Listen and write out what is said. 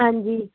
ਹਾਂਜੀ